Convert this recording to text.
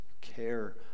care